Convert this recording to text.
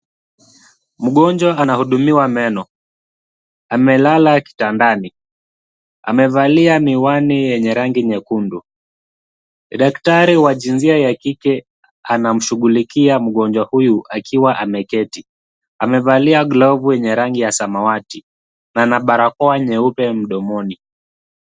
Mgonjwa anahudumiwa meno, amelala kitandani, amevalia miwani yenye rangi nyekundu, daktari wa jinsia ya kike anashughulikia mgonjwa huyu akiwa ameketi, amevalia glavu yenye rangi ya samawati na ana barakoa nyeupe mdomoni.